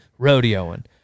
rodeoing